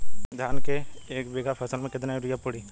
धान के एक बिघा फसल मे कितना यूरिया पड़ी?